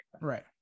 right